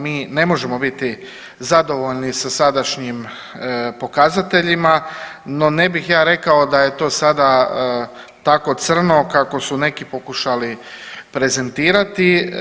Mi ne možemo biti zadovoljni sa sadašnjim pokazateljima, no ne bih ja rekao da je to sada tako crno kako su neki pokušali prezentirati.